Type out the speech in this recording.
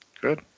Good